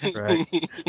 right